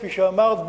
כפי שאמרת,